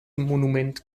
monument